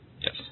Yes